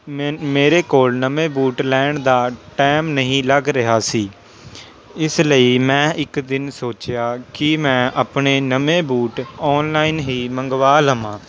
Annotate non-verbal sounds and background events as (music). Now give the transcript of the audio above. (unintelligible) ਮੇਰੇ ਕੋਲ ਨਵੇਂ ਬੂਟ ਲੈਣ ਦਾ ਟਾਈਮ ਨਹੀਂ ਲੱਗ ਰਿਹਾ ਸੀ ਇਸ ਲਈ ਮੈਂ ਇੱਕ ਦਿਨ ਸੋਚਿਆ ਕਿ ਮੈਂ ਆਪਣੇ ਨਵੇਂ ਬੂਟ ਔਨਲਾਈਨ ਹੀ ਮੰਗਵਾ ਲਵਾਂ